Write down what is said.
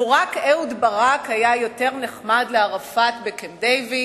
לו רק אהוד ברק היה יותר נחמד לערפאת בקמפ-דייוויד,